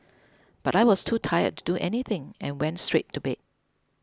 but I was too tired to do anything and went straight to bed